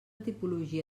tipologia